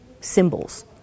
symbols